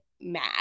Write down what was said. mad